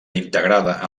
integrada